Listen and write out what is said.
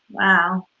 wow.